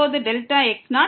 இப்போது x0